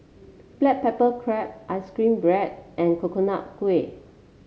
Black Pepper Crab ice cream bread and Coconut Kuih